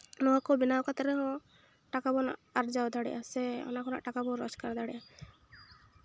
ᱱᱚᱣᱟ ᱠᱚ ᱵᱮᱱᱟᱣ ᱠᱟᱛᱮ ᱨᱮᱦᱚᱸ ᱴᱟᱠᱟ ᱵᱚᱱ ᱟᱨᱡᱟᱣ ᱫᱟᱲᱮᱭᱟᱜᱼᱟ ᱥᱮ ᱚᱱᱟ ᱠᱷᱚᱱᱟᱜ ᱴᱟᱠᱟ ᱵᱚᱱ ᱨᱳᱡᱽᱜᱟᱨ ᱫᱟᱲᱮᱭᱟᱜᱼᱟ